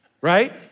right